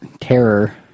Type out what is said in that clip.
terror